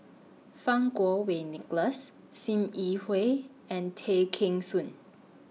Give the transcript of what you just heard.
Fang Kuo Wei Nicholas SIM Yi Hui and Tay Kheng Soon